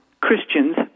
Christian's